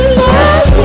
love